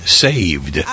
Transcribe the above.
saved